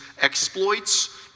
exploits